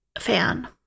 fan